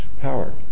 power